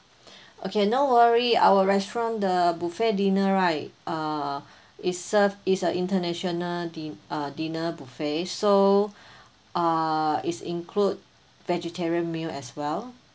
okay no worry our restaurant the buffet dinner right uh is serve is a international di~ uh dinner buffet so uh is include vegetarian meal as well